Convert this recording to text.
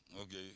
Okay